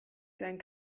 seinen